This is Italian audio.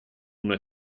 una